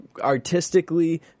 artistically